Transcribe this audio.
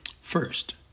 First